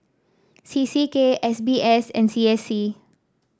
C C K S B S and C S C